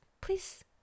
please